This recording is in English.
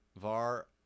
var